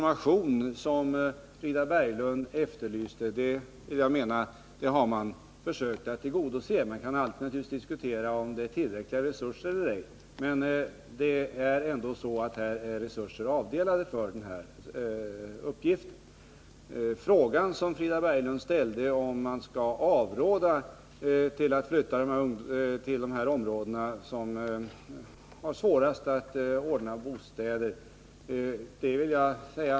Man har alltså försökt tillgodose behovet av information, även om vi naturligtvis alltid kan diskutera om resurserna är tillräckliga. Frida Berglund frågade om man skall avråda ungdomarna från att flytta till de områden som har svårast att ordna bostäder.